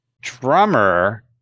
drummer